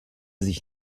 sich